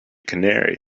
canary